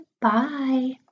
Bye